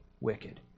wicked